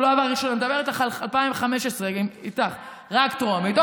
אני מדברת איתך על 2015. רק טרומית.